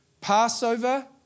Passover